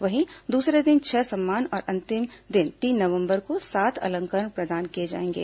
वहीं दूसरे दिन छह सम्मान और अंतिम दिन तीन नवंबर को सात अलंकरण प्रदान किए जाएंगे